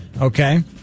Okay